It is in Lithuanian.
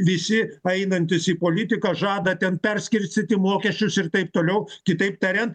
visi einantys į politiką žada ten perskirstyti mokesčius ir taip toliau kitaip tarian